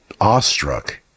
awestruck